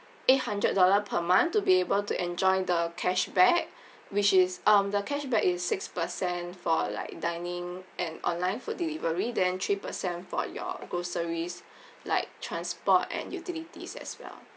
eight hundred dollar per month to be able to enjoy the cashback which is um the cashback is six percent for like dining and online food delivery then three percent for your groceries like transport and utilities as well